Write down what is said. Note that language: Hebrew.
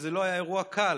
שזה לא אירוע קל,